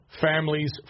families